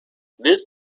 this